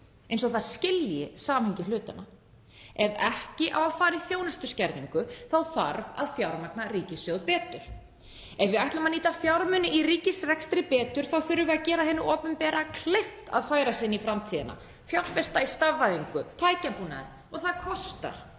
eins og það skilji samhengi hlutanna. Ef ekki á að fara í þjónustuskerðingu þarf að fjármagna ríkissjóð betur. Ef við ætlum að nýta fjármuni í ríkisrekstri betur þurfum við að gera hinu opinbera kleift að færa sig inn í framtíðina, fjárfesta í stafvæðingu og tækjabúnaði, og það kostar.